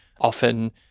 often